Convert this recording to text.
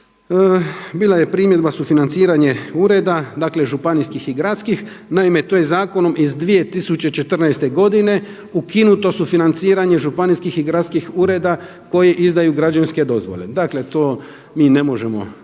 Bila je primjedba sufinanciranje ureda dakle županijskih i gradskih. Naime, to je zakonom iz 2014. godine ukinuto sufinaniranje županijskih i gradskih ureda koji izdaju građevinske dozvole. Dakle to mi ne možemo